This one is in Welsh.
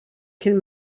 cyn